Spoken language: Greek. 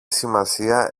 σημασία